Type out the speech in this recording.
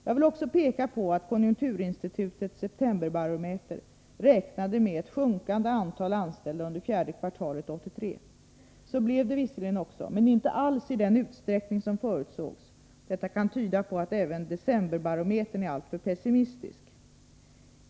Jag vill också peka på att konjunkturinstitutets septemberbarometer räknade med ett sjunkande antal anställda under fjärde kvartalet 1983. Så blev det visserligen också, men inte alls i den utsträckning som förutsågs. Detta kan tyda på att även decemberbarometern är alltför pessimistisk.